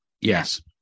Yes